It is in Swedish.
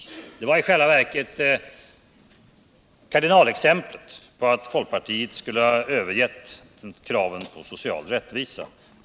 I flera anföranden här i dag har det framhållits att detta i själva verket skulle vara kardinalexemplet på att folkpartiet har övergivit kravet på social rättvisa.